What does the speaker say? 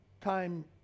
time